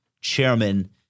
chairman